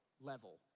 level